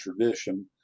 tradition